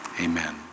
Amen